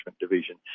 division